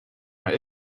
maar